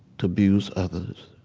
to abuse others?